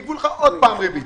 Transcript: יגבו לך עוד פעם את הריבית.